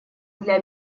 для